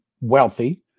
wealthy